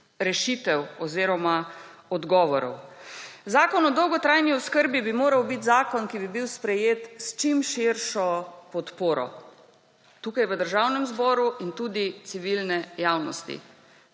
rešitev oziroma odgovorov. Zakon o dolgotrajni oskrbi bi moral biti zakon, ki bi bil sprejet s čim širšo podporo tukaj v Državnem zboru in tudi civilne javnosti.